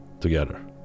together